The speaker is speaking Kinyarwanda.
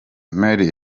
mary